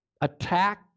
attack